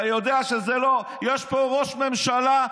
אתה יודע שיש פה ראש ממשלה,